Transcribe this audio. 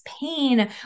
pain